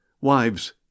Wives